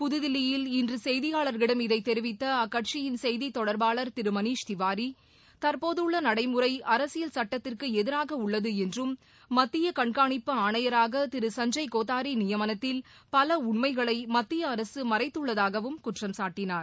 புதுதில்லியில் இன்றுசெய்தியாளர்களிடம் இதைத் தெரிவித்தஅக்கட்சியின் செய்தித் தொடர்பாளர் திருமணிஷ் திவாரி தற்போதுள்ளநடைமுறைஅரசியல் சட்டத்திற்குஎதிராகஉள்ளதுஎன்றும் மத்திய கண்காணிப்பு சஞ்சய் கோத்தாரிநியமனத்தில் ஆணையர்திரு பலஉண்மைகளைமத்தியஅரசுமறைத்துள்ளதாகவும் குற்றம் சாட்டினார்